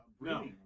No